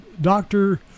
doctor